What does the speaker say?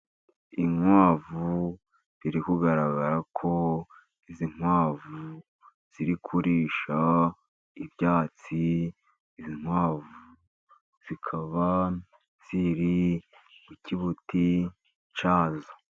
Inkwavu biri kugaragara ko izi nkwavu ziri kurisha ibyatsi, izi inkwavu zikaba ziri mu kibuti cyazo.